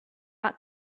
not